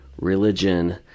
religion